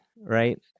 right